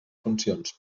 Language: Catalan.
funcions